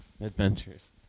Adventures